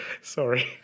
sorry